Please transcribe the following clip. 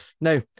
Now